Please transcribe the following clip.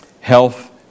Health